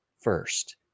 first